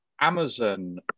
Amazon